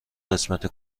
قسمت